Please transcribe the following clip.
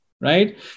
right